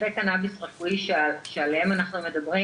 עודפי הקנאביס הרפואי שעליהם אנחנו מדברים